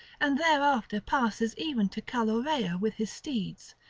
and thereafter passes even to calaureia with his steeds,